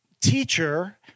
teacher